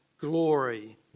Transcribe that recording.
glory